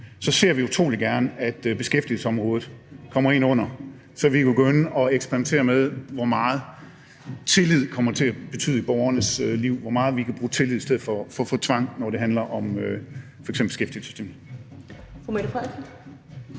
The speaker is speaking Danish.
så ser vi utrolig gerne, at beskæftigelsesområdet kommer ind under, så vi kan begynde at eksperimentere med, hvor meget tillid kommer til at betyde i borgernes liv, altså hvor meget vi kan bruge tillid i stedet for tvang, når det f.eks. handler om beskæftigelsesområdet.